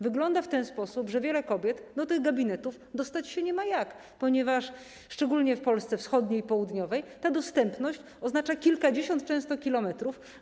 Wygląda w ten sposób, że wiele kobiet do tych gabinetów dostać się nie ma jak, ponieważ, szczególnie w Polsce wschodniej i południowej, ta dostępność często oznacza kilkadziesiąt kilometrów.